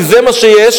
כי זה מה שיש,